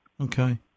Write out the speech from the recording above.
Okay